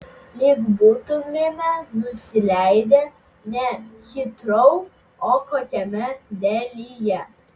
lyg būtumėme nusileidę ne hitrou o kokiame delyje